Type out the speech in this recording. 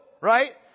right